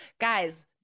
Guys